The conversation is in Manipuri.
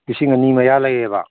ꯂꯤꯁꯤꯡ ꯑꯅꯤ ꯃꯌꯥ ꯂꯩꯌꯦꯕ